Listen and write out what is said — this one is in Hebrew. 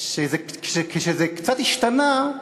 שכשזה קצת השתנה,